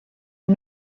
had